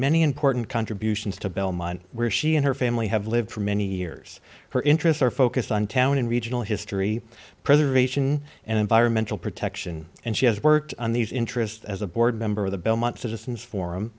many important contributions to belmont where she and her family have lived for many years her interests are focused on town and regional history preservation and environmental protection and she has worked on these interest as a board member of the belmont citizens forum